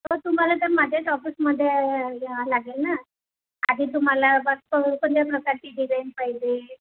तर तुम्हाला तर माझ्याच ऑफिसमध्ये यावं लागेल ना आधी तुम्हाला बघतो कोणत्या प्रकारची डिझाईन पाहिजे